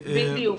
בדיוק.